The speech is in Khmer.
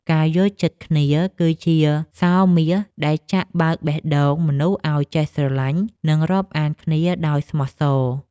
ការយល់ចិត្តគ្នា គឺជាសោរមាសដែលចាក់បើកបេះដូងមនុស្សឱ្យចេះស្រឡាញ់ និងរាប់អានគ្នាដោយស្មោះសរ។